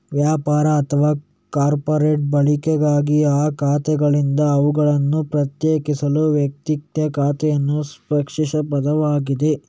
ವ್ಯಾಪಾರ ಅಥವಾ ಕಾರ್ಪೊರೇಟ್ ಬಳಕೆಗಾಗಿ ಆ ಖಾತೆಗಳಿಂದ ಅವುಗಳನ್ನು ಪ್ರತ್ಯೇಕಿಸಲು ವೈಯಕ್ತಿಕ ಖಾತೆಯು ಸಾಪೇಕ್ಷ ಪದವಾಗಿದೆ